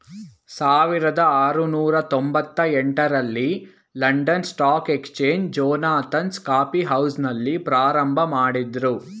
ಸಾವಿರದ ಆರುನೂರು ತೊಂಬತ್ತ ಎಂಟ ರಲ್ಲಿ London stock exchange Jonathan's coffee ಹೌಸ್ನಲ್ಲಿ ಪ್ರಾರಂಭಮಾಡಿದ್ರು